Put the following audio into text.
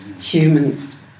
humans